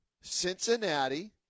Cincinnati